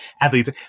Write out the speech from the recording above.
athletes